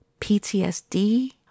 PTSD